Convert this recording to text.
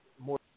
more